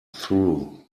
through